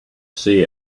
see